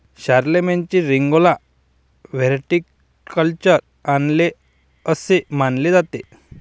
शारलेमेनने रिंगौला व्हिटिकल्चर आणले असे मानले जाते